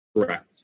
Correct